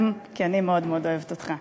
גם כי אני מאוד מאוד אוהבת אותך